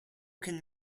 can